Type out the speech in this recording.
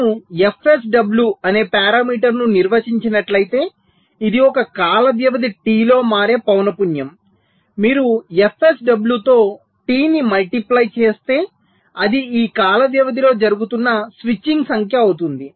నేను fSW అనే పారామీటరును నిర్వచించినట్లయితే ఇది ఒక కాల వ్యవధి T లో మారె పౌన పున్యం మీరు f SW తో T ని ముల్టీప్లై చేస్తే అది ఈ కాల వ్యవధిలో జరుగుతున్న స్విచ్చింగ్ సంఖ్య అవుతుంది